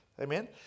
Amen